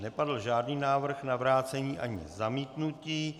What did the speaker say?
Nepadl žádný návrh na vrácení ani zamítnutí.